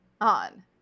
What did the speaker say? on